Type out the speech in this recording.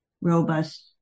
robust